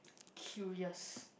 curious